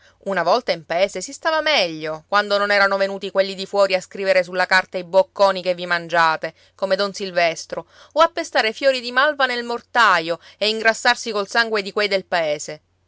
una volta in paese si stava meglio quando non erano venuti quelli di fuori a scrivere sulla carta i bocconi che vi mangiate come don silvestro o a pestare fiori di malva nel mortaio e ingrassarsi col sangue di quei del paese